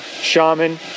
shaman